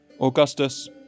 Augustus